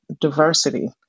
diversity